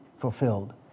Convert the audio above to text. fulfilled